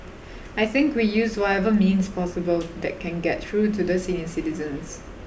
I think we use whatever means possible that can get through to the senior citizens